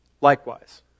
likewise